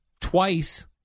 Twice